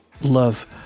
Love